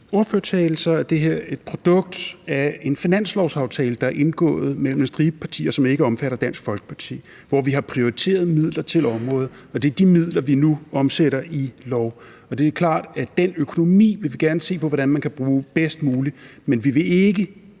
ordførertale, er det her et produkt af en finanslovsaftale, der er indgået mellem en stribe partier, som ikke omfatter Dansk Folkeparti, hvor vi har prioriteret midler til området, og det er de midler, vi nu omsætter i lov. Og det er klart, at den økonomi vil vi gerne se på hvordan man kan bruge bedst muligt, men vi vil ikke